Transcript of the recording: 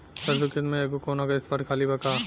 सरसों के खेत में एगो कोना के स्पॉट खाली बा का?